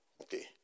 Okay